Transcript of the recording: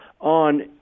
on